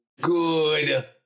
good